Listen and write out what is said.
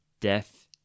death